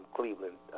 Cleveland